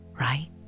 right